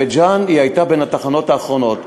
בית-ג'ן היה בין התחנות האחרונות.